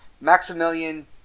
Maximilian